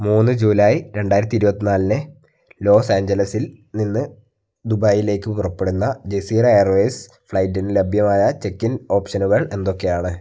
മൂന്ന് ജുലൈ രണ്ടായിരത്തി ഇരുപത്തി നാലിന് ലോസാഞ്ചലസ്സിൽ നിന്ന് ദുബായിലേക്ക് പുറപ്പെടുന്ന ജസീറ എയർവേയ്സ് ഫ്ലൈറ്റിന് ലഭ്യമായ ചെക്കിൻ ഓപ്ഷനുകൾ എന്തൊക്കെയാണ്